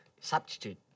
substitute